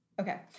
Okay